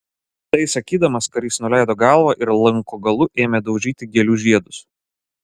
tai sakydamas karys nuleido galvą ir lanko galu ėmė daužyti gėlių žiedus